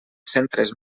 centres